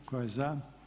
Tko je za?